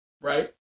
right